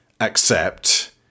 accept